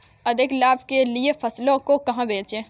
अधिक लाभ के लिए फसलों को कहाँ बेचें?